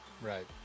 Right